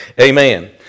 amen